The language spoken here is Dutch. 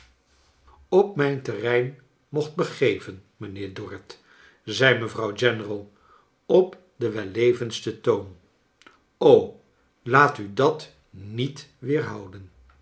op mijn terrein mocht begeven mijnheer dorrit zei mevrouw general op den wellevendsten toon laat u dat niet weerhouden